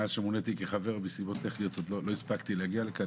מאז שמוניתי כחבר ועדה לא הספקתי להגיע (מסיבות